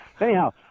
Anyhow